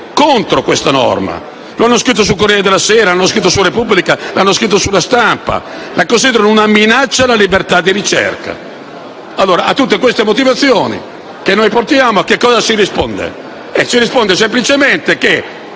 contrari a questa norma. L'hanno scritto sul «Corriere della Sera», su «La Repubblica», su «La Stampa»: la considerano una minaccia alla libertà di ricerca. A tutte queste motivazioni che noi portiamo che cosa si risponde? Semplicemente che